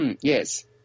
Yes